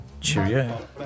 Cheerio